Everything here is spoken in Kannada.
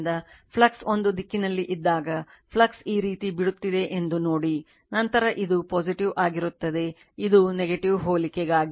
ಆದ್ದರಿಂದ ಫ್ಲಕ್ಸ್ ಒಂದು ದಿಕ್ಕಿನಲ್ಲಿ ಇದ್ದಾಗ ಫ್ಲಕ್ಸ್ ಈ ರೀತಿ ಬಿಡುತ್ತಿದೆ ಎಂದು ನೋಡಿ ನಂತರ ಇದು ಆಗಿರುತ್ತದೆ ಇದು ಹೋಲಿಕೆಗಾಗಿ